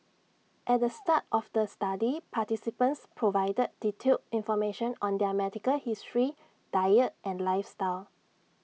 at the start of the study participants provided detailed information on their medical history diet and lifestyle